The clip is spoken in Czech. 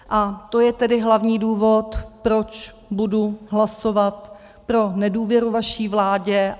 A to je tedy hlavní důvod, proč budu hlasovat pro nedůvěru vaší vládě.